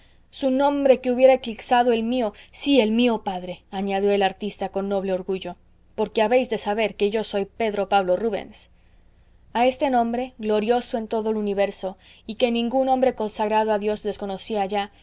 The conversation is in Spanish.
su nombre que hubiera eclipsado el mío sí el mío padre añadió el artista con noble orgullo porque habéis de saber que yo soy pedro pablo rubens a este nombre glorioso en todo el universo y que ningún hombre consagrado a dios desconocía